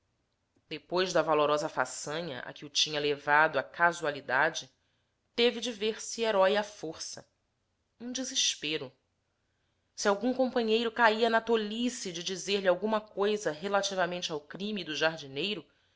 depois da valorosa façanha a que o tinha levado a casualidade teve de ver-se herói à força um desespero se algum companheiro caia na tolice de dizer-lhe alguma coisa relativamente ao crime do jardineiro